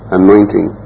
anointing